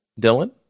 Dylan